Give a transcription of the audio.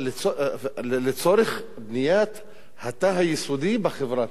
לצורך בניית התא היסודי בחברה,